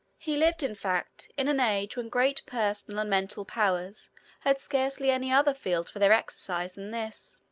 he lived, in fact, in an age when great personal and mental powers had scarcely any other field for their exercise than this.